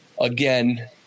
Again